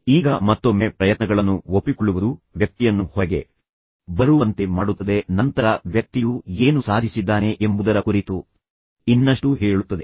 ಈಗ ಮತ್ತೊಮ್ಮೆ ಪ್ರಯತ್ನಗಳನ್ನು ಒಪ್ಪಿಕೊಳ್ಳುವುದು ವ್ಯಕ್ತಿಯನ್ನು ಹೊರಗೆ ಬರುವಂತೆ ಮಾಡುತ್ತದೆ ಮತ್ತು ನಂತರ ವ್ಯಕ್ತಿಯು ಏನು ಸಾಧಿಸಿದ್ದಾನೆ ಅಥವಾ ವ್ಯಕ್ತಿಯು ಏನು ಮಾಡಿದ್ದಾನೆ ಎಂಬುದರ ಕುರಿತು ಇನ್ನಷ್ಟು ಹೇಳುತ್ತದೆ